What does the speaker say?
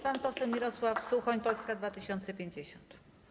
Pan poseł Mirosław Suchoń, Polska 2050.